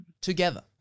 together